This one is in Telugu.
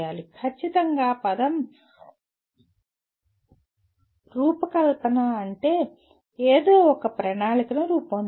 ఖచ్చితంగా పదం రూపకల్పన అంటే ఏదో ఒక ప్రణాళికను రూపొందించడం